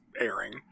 airing